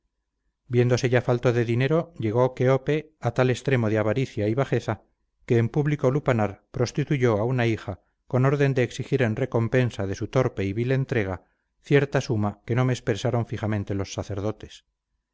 viéndose ya falto de dinero llegó quéope a tal extremo de avaricia y bajeza que en público lupanar prostituyó a una hija con orden de exigir en recompensa de su torpe y vil entrega cierta suma que no me expresaron fijamente los sacerdotes